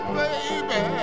baby